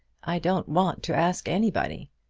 i don't want to ask anybody.